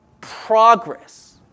Progress